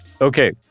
Okay